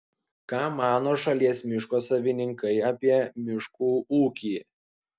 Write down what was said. ką mano šalies miško savininkai apie miškų ūkį